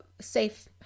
safe